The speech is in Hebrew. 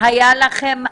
היה לכם אז,